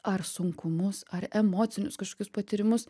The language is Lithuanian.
ar sunkumus ar emocinius kažkokius patyrimus